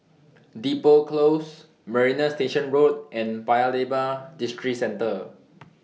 Depot Close Marina Station Road and Paya Lebar Districentre